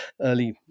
early